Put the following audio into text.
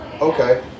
Okay